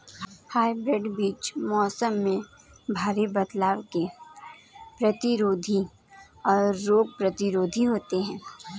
hybrid बीज मौसम में भारी बदलाव के प्रतिरोधी और रोग प्रतिरोधी होते हैं